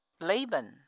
Laban